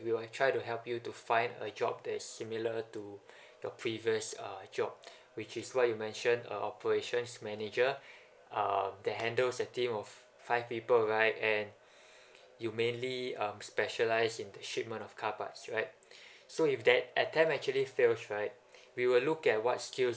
we will try to help you to find a job that is similar to the previous uh job which is what you mention uh operations manager um that handles the team of five people right and you mainly um specialize in the shipment of car parts right so if that attempt actually fails right we will look at what skills